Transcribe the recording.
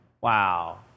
Wow